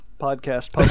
podcast